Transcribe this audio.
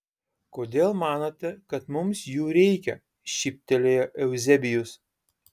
kodėl manote kad mums jų reikia šyptelėjo euzebijus